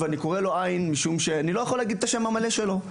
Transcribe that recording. אני קורא לו ע' כי אני לא יכול להגיד את השם המלא שלו,